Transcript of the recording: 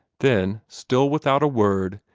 then, still without a word,